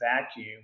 vacuum